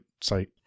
site